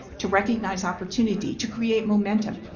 to recognize opportunity. to create momentum.